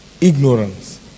Ignorance